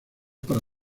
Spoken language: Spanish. para